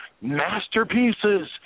masterpieces